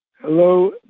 Hello